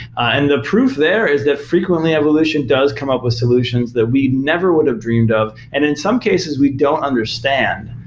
and the proof there is that, frequently, evolution does come up with solutions that we never would have dreamed of, and in some cases we don't understand,